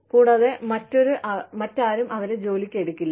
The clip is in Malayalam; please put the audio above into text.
കൂടാതെ മറ്റാരും അവരെ ജോലിക്കെടുക്കില്ല